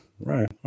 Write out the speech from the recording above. Right